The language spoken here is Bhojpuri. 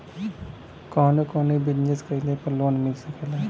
कवने कवने बिजनेस कइले पर लोन मिल सकेला?